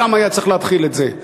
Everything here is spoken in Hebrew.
משם היה צריך להתחיל את זה,